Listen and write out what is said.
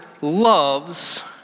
loves